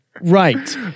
right